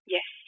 Yes